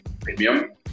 premium